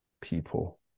people